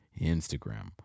Instagram